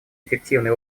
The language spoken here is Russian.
эффективны